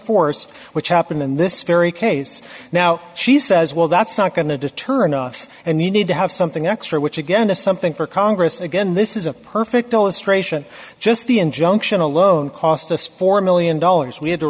force which happened in this very case now she says well that's not going to deter enough and you need to have something extra which again is something for congress again this is a perfect illustration just the injunction alone cost us four million dollars we had to